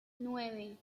nueve